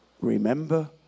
remember